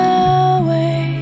away